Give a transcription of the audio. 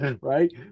Right